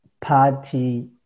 party